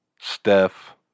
Steph